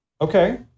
Okay